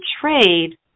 trade